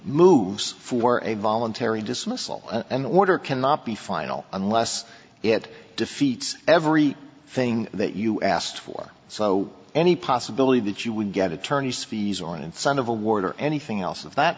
moves for a voluntary dismissal and the order cannot be final unless it defeats every thing that you asked for so any possibility that you would get attorney's fees or in some of a ward or anything else of that